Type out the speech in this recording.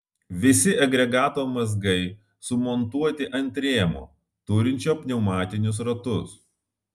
visi agregato mazgai sumontuoti ant rėmo turinčio pneumatinius ratus